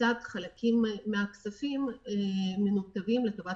וכיצד חלקים מהכספים מנותבים לטובת